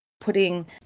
putting